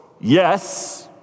yes